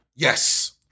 Yes